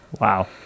Wow